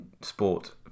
sport